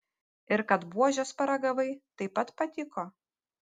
ir kad buožės paragavai taip pat patiko